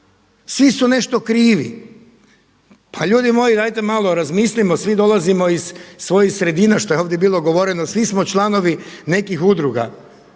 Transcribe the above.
svi su nešto krivi. Pa ljudi moji dajte malo razmislimo svi dolazimo iz svojih sredina što je ovdje bilo govoreno svi smo članovi nekih udruga.